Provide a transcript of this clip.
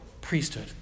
priesthood